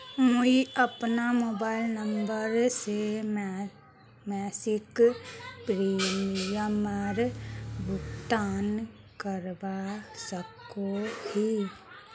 मुई अपना मोबाईल से मासिक प्रीमियमेर भुगतान करवा सकोहो ही?